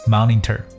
Monitor